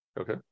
okay